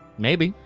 maybe.